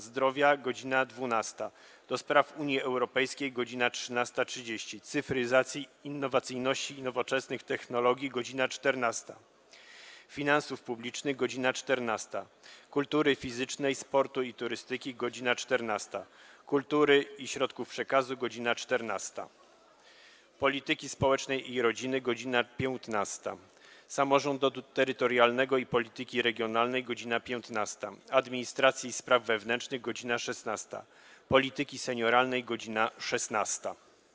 Zdrowia - godz. 12, - do Spraw Unii Europejskiej - godz. 13.30, - Cyfryzacji, Innowacyjności i Nowoczesnych Technologii - godz. 14, - Finansów Publicznych - godz. 14, - Kultury Fizycznej, Sportu i Turystyki - godz. 14, - Kultury i Środków Przekazu - godz. 14, - Polityki Społecznej i Rodziny - godz. 15, - Samorządu Terytorialnego i Polityki Regionalnej - godz. 15, - Administracji i Spraw Wewnętrznych - godz. 16, - Polityki Senioralnej - godz. 16.